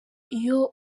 iyo